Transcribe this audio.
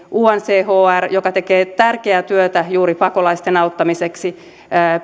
unhcr joka tekee tärkeää työtä juuri pakolaisten auttamiseksi